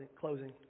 closing